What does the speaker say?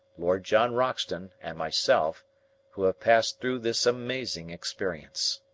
lord john roxton, and myself who have passed through this amazing experience.